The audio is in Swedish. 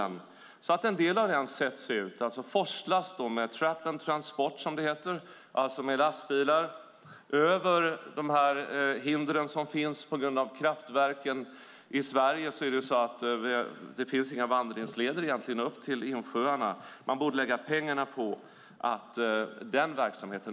En del av den kan då sättas ut och forslas med trap-and-transport som det heter, det vill säga med lastbilar, över de hinder som finns på grund av kraftverken. I Sverige finns det egentligen inte några vandringsleder upp till insjöarna. Man borde lägga pengarna på att öka den verksamheten.